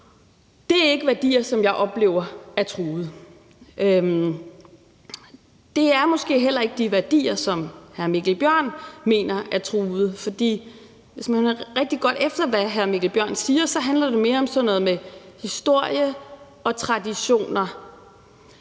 Det er ikke værdier, som jeg oplever er truede, og det er måske heller ikke de værdier, som hr. Mikkel Bjørn mener er truede. For hvis man hører rigtig godt efter, hvad hr. Mikkel Bjørn siger, så handler det mere om sådan noget med historie og traditioner,